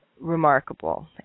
remarkable